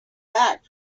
back